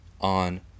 on